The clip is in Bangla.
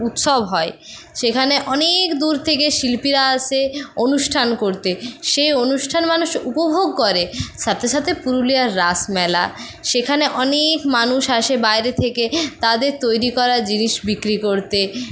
উৎসব হয় সেখানে অনেকদূর থেকে শিল্পীরা আসে অনুষ্ঠান করতে সেই অনুষ্ঠান মানুষ উপভোগ করে সাথে সাথে পুরুলিয়ার রাসমেলা সেখানে অনেক মানুষ আসে বাইরে থেকে তাদের তৈরি করা জিনিস বিক্রি করতে